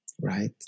right